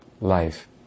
life